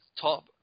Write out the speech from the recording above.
top